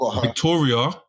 Victoria